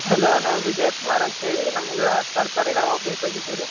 hello ನಾವು ವಿಜಯ್ ಕುಮಾರ್ ಅಂತ್ಹೇಳಿ ನಮ್ಗೆ ತರಕಾರಿಗಳು ಬೇಕಾಗಿದ್ದವು ರೀ